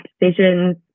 decisions